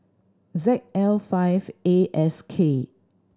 Z L five A S K